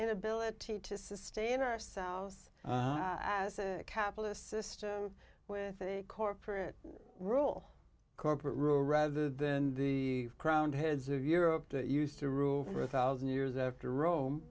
inability to sustain ourselves as a capitalist system with a corporate rule corporate rule rather than the crowned heads of europe that used to rule over a one thousand years after rome